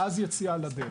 ואז יציאה לדרך.